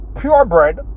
purebred